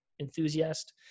enthusiast